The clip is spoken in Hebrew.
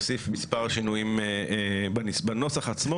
הנוסח.